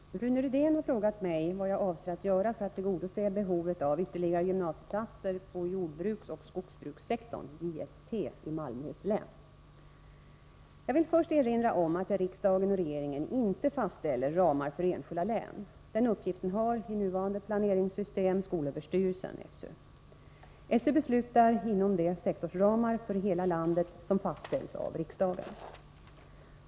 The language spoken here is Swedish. Herr talman! Rune Rydén har frågat mig vad jag avser att göra för att tillgodose behovet av ytterligare gymnasieplatser på jordbruksoch skogsbrukssektorn i Malmöhus län. Jag vill först erinra om att riksdagen och regeringen inte fastställer ramar för enskilda län. Den uppgiften har, i nuvarande planeringssystem, skolöverstyrelsen . SÖ beslutar inom de sektorsramar för hela landet som fastställs av riksdagen.